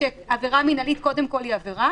שעבירה מינהלית קודם כל היא עבירה